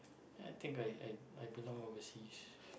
I think I I belong overseas